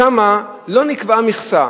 שם לא נקבעה מכסה,